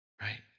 Right